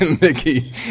Mickey